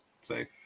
safe